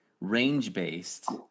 range-based